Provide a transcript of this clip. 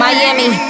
Miami